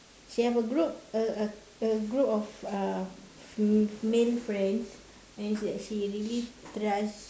she have a group a a a group of uh m~ male friends that she actually really trust